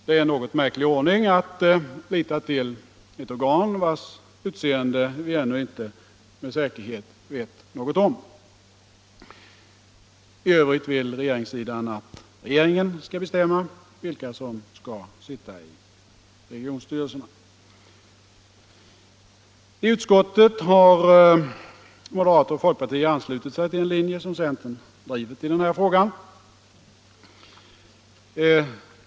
Det är en något märklig ordning att lita till organ vilkas utseende vi ännu inte med säkerhet vet något om. I övrigt vill regeringssidan att regeringen skall bestämma vilka som skall sitta i regionstyrelserna. I utskottet har moderaterna och folkpartiet anslutit sig till den linje som centerpartiet drivit i den här frågan.